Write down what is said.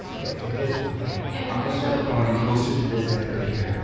ah okay, so this is the plan. yeah but i'm gonna start crawling closer to this end right here.